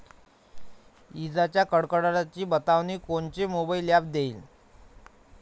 इजाइच्या कडकडाटाची बतावनी कोनचे मोबाईल ॲप देईन?